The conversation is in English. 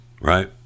right